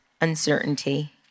uncertainty